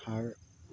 সাৰ